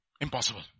Impossible